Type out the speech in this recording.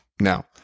Now